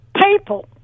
people